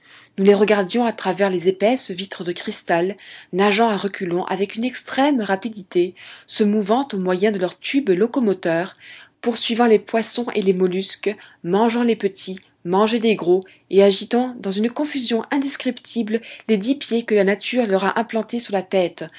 nous les regardions à travers les épaisses vitres de cristal nageant à reculons avec une extrême rapidité se mouvant au moyen de leur tube locomoteur poursuivant les poissons et les mollusques mangeant les petits mangés des gros et agitant dans une confusion indescriptible les dix pieds que la nature leur a implantés sur la tête